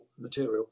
material